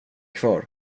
kvar